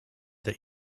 that